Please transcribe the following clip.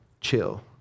chill